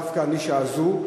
דווקא הנישה הזאת,